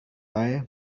eye